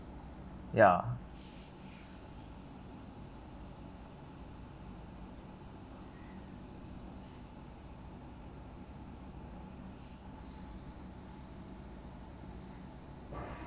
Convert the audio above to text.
ya